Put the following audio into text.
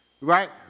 right